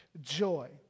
joy